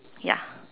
ya